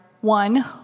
one